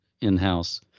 in-house